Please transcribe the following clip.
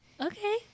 Okay